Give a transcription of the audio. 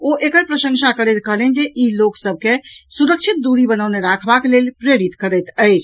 ओ एकर प्रशंसा करैत कहलनि जे ई लोक सभ के सुरक्षित दूरी बनौने राखबाक लेल प्रेरित करैत अछि